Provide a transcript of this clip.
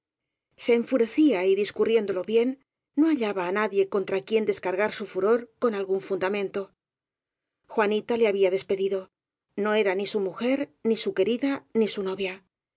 se enfurecía y discurriéndolo bien no hallaba á nadie contia quien descargar su furor con algún fundamento juanita le había despedido no era ni su mujer ni su querida ni su novia